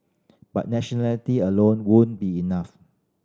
but nationality alone won't be enough